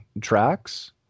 tracks